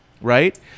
right